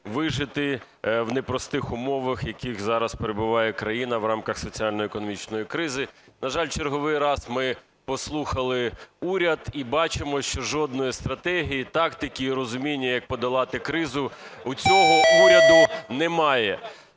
вижити в непростих умовах, яких зараз перебуває країна в рамках соціально-економічної кризи. На жаль, в черговий раз ми послухали уряд і бачимо, що жодної стратегії, тактики і розуміння, як подолати кризу, у цього уряду немає.